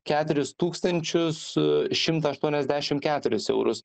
keturis tūkstančius šimtą aštuoniasdešim keturis eurus